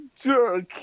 jerk